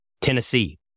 Tennessee